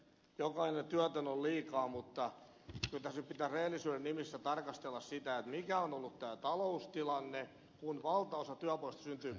jokainen työtön on liikaa mutta kyllä tässä nyt pitäisi rehellisyyden nimissä tarkastella sitä mikä on ollut tämä taloustilanne kun valtaosa työpaikoista syntyy pieniin yrityksiin